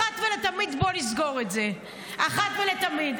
אחת ולתמיד בואו נסגור את זה, אחת ולתמיד.